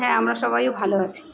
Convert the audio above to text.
হ্যাঁ আমরা সবাইও ভালো আছি